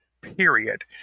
Period